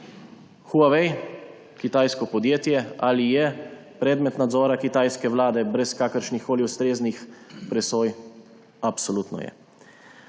Je kitajsko podjetje Huawei predmet nadzora kitajske vlade brez kakršnihkoli ustreznih presoj? Absolutno je.